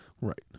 Right